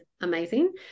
amazing